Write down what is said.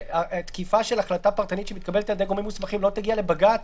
תקיפה של החלטה פרטנית שמתקבלת על ידי גורמים מוסמכים לא תגיע לבג"ץ,